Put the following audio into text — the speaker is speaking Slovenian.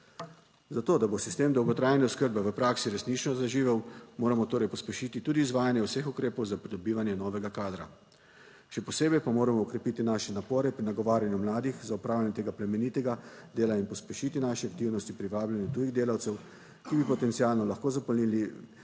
Za to, da bo sistem dolgotrajne oskrbe v praksi resnično zaživel, moramo torej pospešiti tudi izvajanje vseh ukrepov za pridobivanje novega kadra, še posebej pa moramo okrepiti naše napore pri nagovarjanju mladih za opravljanje tega plemenitega dela in pospešiti naše aktivnosti privabljanju tujih delavcev, ki bi potencialno lahko zapolnili